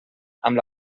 amb